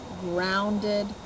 grounded